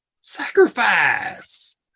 Sacrifice